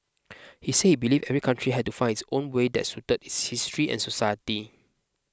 he say believed every country had to find its own way that suited its history and society